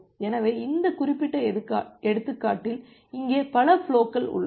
எனவே இந்த குறிப்பிட்ட எடுத்துக்காட்டில் இங்கே பல ஃபுலோகள் உள்ளன